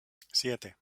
siete